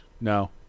No